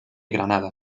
granada